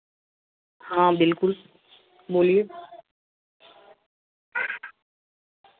हाँ बिलकुल बोलिए